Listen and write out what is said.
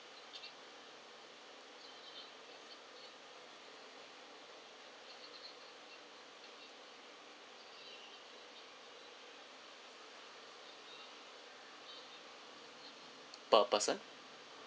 per person